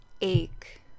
ache